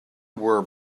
were